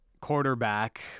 quarterback